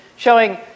Showing